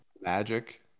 Magic